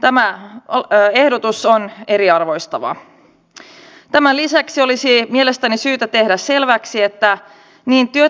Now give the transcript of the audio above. samanaikaisesti turvakodeille on tullut erilaisia vaatimuksia kuten ruokailua esteettömyyttä ja nämä kaikki vaativat myös sitä